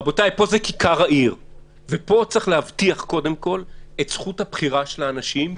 פה זו כיכר העיר ופה צריך להבטיח קודם כל את זכות הבחירות של האנשים,